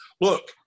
look